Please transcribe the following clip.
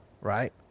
Right